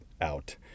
out